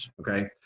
okay